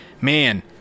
Man